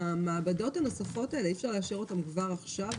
המעבדות הנוספות האלה אי-אפשר לאשר אותן כבר עכשיו,